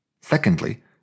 Secondly